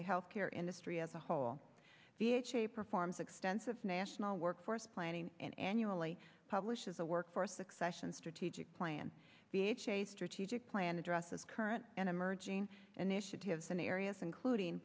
the health care industry as a whole the ha performs extensive national workforce planning and annually publishes a workforce accession strategic plan b h a strategic plan addresses current and emerging initiatives in areas including